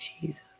jesus